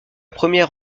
première